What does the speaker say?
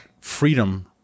freedom